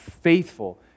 faithful